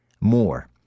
more